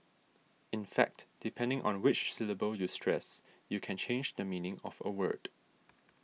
in fact depending on which syllable you stress you can change the meaning of a word